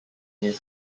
his